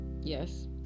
yes